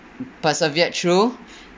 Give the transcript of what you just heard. persevered through